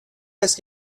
است